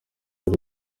hari